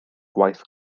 gwaith